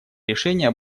решения